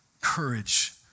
courage